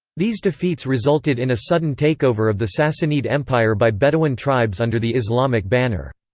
these defeats resulted in a sudden takeover of the sassanid empire by bedouin tribes under the islamic banner.